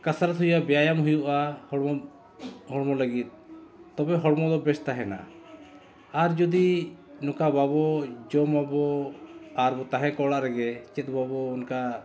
ᱠᱟᱥᱟᱨᱟᱛ ᱦᱩᱭᱩᱜᱼᱟ ᱵᱮᱭᱟᱢ ᱦᱩᱭᱩᱜᱼᱟ ᱦᱚᱲᱢᱚ ᱦᱚᱲᱢᱚ ᱞᱟᱹᱜᱤᱫ ᱛᱚᱵᱮ ᱦᱚᱲᱢᱚ ᱫᱚ ᱵᱮᱥ ᱛᱟᱦᱮᱱᱟ ᱟᱨ ᱡᱩᱫᱤ ᱱᱚᱝᱠᱟ ᱵᱟᱵᱚ ᱡᱚᱢᱟᱵᱚ ᱟᱨᱵᱚ ᱛᱟᱦᱮᱸ ᱠᱚᱜᱼᱟ ᱚᱲᱟᱜ ᱨᱮᱜᱮ ᱪᱮᱫ ᱵᱟᱵᱚ ᱚᱱᱠᱟ